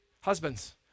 Husbands